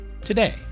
Today